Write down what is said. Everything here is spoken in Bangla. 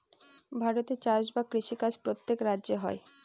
ভারতে চাষ বা কৃষি কাজ প্রত্যেক রাজ্যে হয়